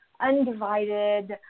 undivided